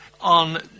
on